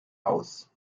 aus